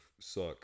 suck